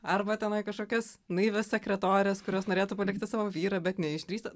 arba tenai kažkokios naivios sekretorės kurios norėtų palikti savo vyrą bet neišdrįsta